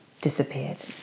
disappeared